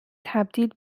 تبدیل